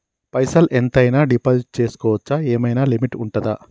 పైసల్ ఎంత అయినా డిపాజిట్ చేస్కోవచ్చా? ఏమైనా లిమిట్ ఉంటదా?